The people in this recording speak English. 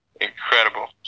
Incredible